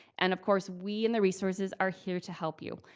and of course, we and the resources are here to help you.